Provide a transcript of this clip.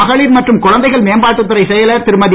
மகளிர் மற்றும் குழந்தைகள் மேம்பாட்டுத் துறை செயலர் திருமதி